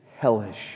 hellish